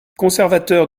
conservateur